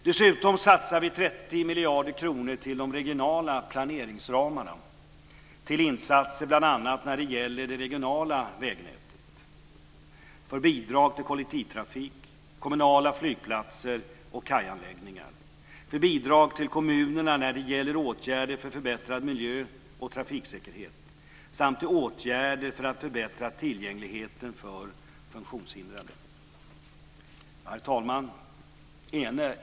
Dessutom satsar vi 30 miljarder kronor på de regionala planeringsramarna, till insatser för bl.a. det regionala vägnätet, för bidrag till kollektivtrafik, kommunala flygplatser och kajanläggningar, för bidrag till kommunerna när det gäller åtgärder för förbättrad miljö och trafiksäkerhet samt för åtgärder för att förbättra tillgängligheten för funktionshindrade. Herr talman!